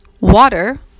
water